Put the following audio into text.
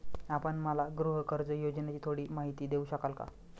आपण मला गृहकर्ज योजनेची थोडी माहिती देऊ शकाल का?